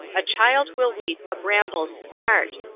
a child will weep a bramble's smart,